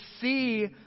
see